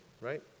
right